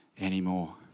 anymore